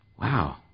wow